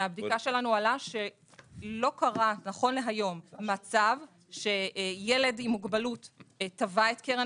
מהבדיקה שלנו עלה שלא קרה נכון להיום המצב שילד עם מוגבלות תבע את קרן